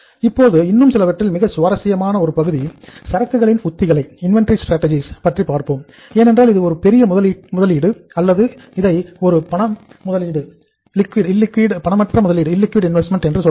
இப்போது இன்னும் சிலவற்றில் மிக சுவாரஸ்யமான ஒரு பகுதி சரக்குகளின் உத்திகளைப் என்று சொல்லலாம்